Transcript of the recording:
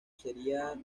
sería